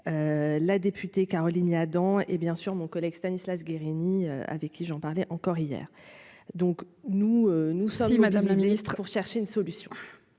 la députée Caroline Yadan et bien sûr mon collègue Stanislas Guerini, avec qui j'en parlais encore hier donc. Nous nous sommes Madame la Ministre, pour chercher une solution,